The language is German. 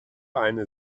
eine